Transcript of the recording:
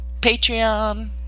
Patreon